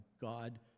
God